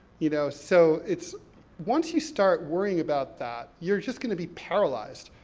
you know. so it's once you start worrying about that, you're just going to be paralyzed.